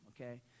okay